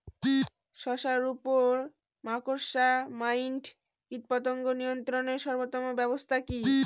শশার উপর মাকড়সা মাইট কীটপতঙ্গ নিয়ন্ত্রণের সর্বোত্তম ব্যবস্থা কি?